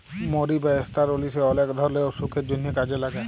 মরি বা ষ্টার অলিশে অলেক ধরলের অসুখের জন্হে কাজে লাগে